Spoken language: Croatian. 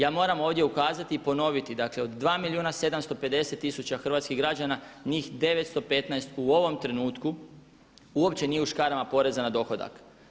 Ja moram ovdje ukazati i ponoviti, dakle od 2 milijuna 750 tisuća hrvatskih građana njih 915 u ovom trenutku uopće nije u škarama poreza na dohodak.